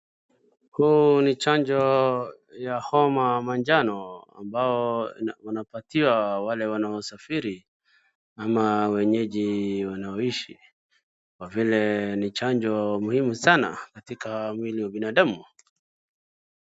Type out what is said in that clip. Huyu ni chanjo ya homa manjano ambao unapatiwa wale wanaosafiri ama wenyeji wanaoishi kwa vile ni chanjo mmuhimu sana katika mwili wa binadamu.